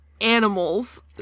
animals